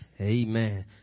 Amen